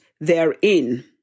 therein